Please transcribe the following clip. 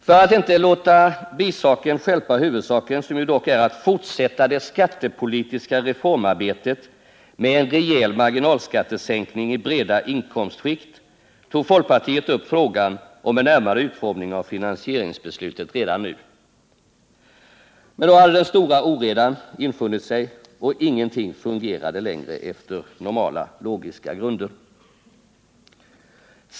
För att inte låta bisaken stjälpa huvudsaken, som ju dock är att fortsätta det skattepolitiska reformarbetet med en rejäl marginalskattesänkning i breda inkomstskikt, tog folkpartiet upp frågan om en närmare utformning av finansieringsbeslutet redan nu. Men den stora oredan hade infunnit sig, och ingenting fungerade längre efter normala logiska grunder.